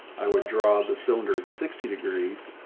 i would draw the cylinder at sixty degrees,